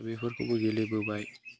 बेफोरखौबो गेलेबोबाय